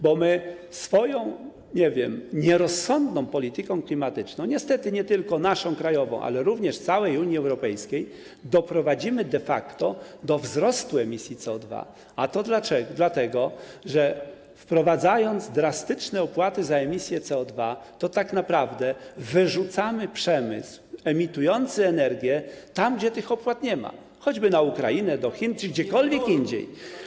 Bo my swoją, nie wiem, nierozsądną polityką klimatyczną, niestety nie tylko naszą krajową, ale również całej Unii Europejskiej, doprowadzimy de facto do wzrostu emisji CO2, a to dlatego, że wprowadzając drastyczne opłaty za emisję CO2, tak naprawdę wyrzucamy przemysł emitujący energię tam, gdzie tych opłat nie ma, choćby na Ukrainę, do Chin czy gdziekolwiek indziej.